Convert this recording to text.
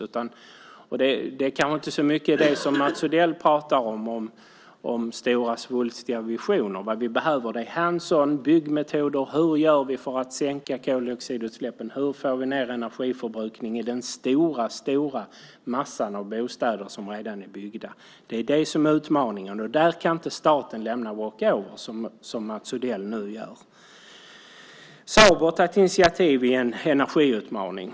Det handlar kanske inte så mycket om det som Mats Odell pratar om, stora svulstiga visioner. Vad vi behöver är hands on och byggmetoder. Hur gör vi för att sänka koldioxidutsläppen? Hur får vi ned energiförbrukningen i den stora massan av bostäder som redan är byggda? Det är det som är utmaningen, och där kan inte staten lämna walk over, som Mats Odell nu gör. Sabo har tagit initiativ till en energiutmaning.